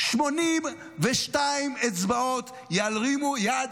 82 אצבעות ירימו יד,